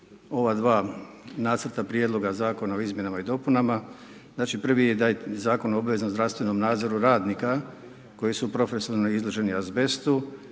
ova dva Nacrta prijedloga Zakona o izmjenama dopunama. Znači prvi je Zakon o obveznom zdravstvenom nadzoru radnika koji su profesionalno izloženi azbestu